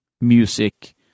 music